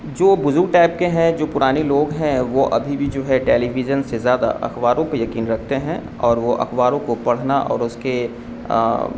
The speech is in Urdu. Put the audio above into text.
جو بزرگ ٹائپ کے ہیں جو پرانی لوگ ہیں وہ ابھی بھی جو ہے ٹیلی ویژن سے زیادہ اخباروں پہ یقین رکھتے ہیں اور وہ اخباروں کو پڑھنا اور اس کے